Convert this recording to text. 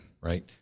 right